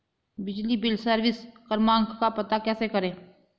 बिजली bill service क्रमांक का पता कैसे करें?